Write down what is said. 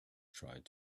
tried